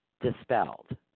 dispelled